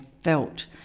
felt